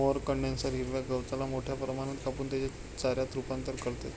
mower condenser हिरव्या गवताला मोठ्या प्रमाणात कापून त्याचे चाऱ्यात रूपांतर करते